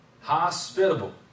Hospitable